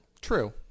True